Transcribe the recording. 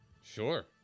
sure